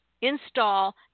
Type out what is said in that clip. install